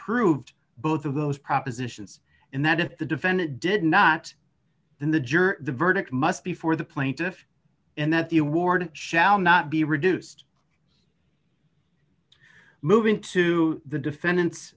proved both of those propositions and that if the defendant did not then the jury verdict must be for the plaintiff and that the award shall not be reduced moving to the defendant's